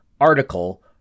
article